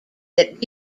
that